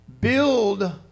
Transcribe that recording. build